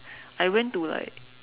I went to like